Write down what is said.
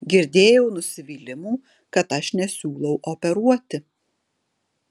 girdėjau nusivylimų kad aš nesiūlau operuoti